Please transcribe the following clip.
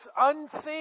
unseen